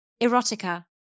erotica